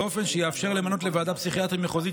באופן שיאפשר למנות לוועדה פסיכיאטרית מחוזית